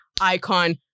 icon